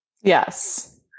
Yes